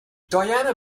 diana